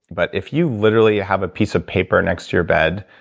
but if you literally have a piece of paper next to your bed,